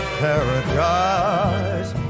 paradise